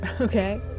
Okay